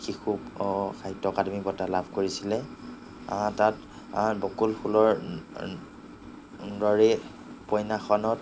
শিশু সাহিত্য অকাডেমি বঁটা লাভ কৰিছিলে তাত বকুল ফুলৰ দৰে উপন্যাসখনত